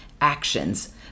actions